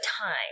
time